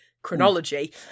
chronology